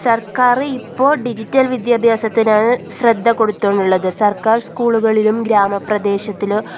സർക്കാർ ഇപ്പോൾ ഡിജിറ്റൽ വിദ്യാഭ്യാസത്തിനാണ് ശ്രദ്ധ കൊടുത്തു കൊണ്ടുള്ളത് സർക്കാർ സ്കൂളുകളിലും ഗ്രാമ പ്രദേശത്തിലും